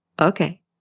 Okay